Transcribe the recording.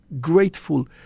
grateful